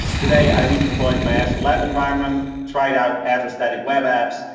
today, i redeployed my azure lab environment, tried out azure static web apps,